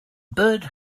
bird